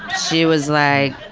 she was like.